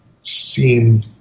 seem